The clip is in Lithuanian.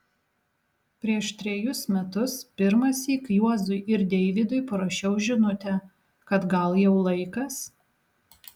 prieš trejus metus pirmąsyk juozui ir deivydui parašiau žinutę kad gal jau laikas